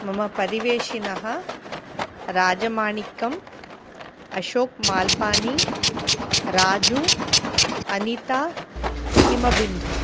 मम परिवेशिनः राजमाणिक्कम् अशोकः माल्पानि राजु अनिता हिमबिन्दुः